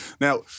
Now